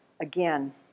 again